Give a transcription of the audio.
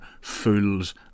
fools